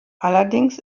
allerdings